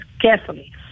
carefully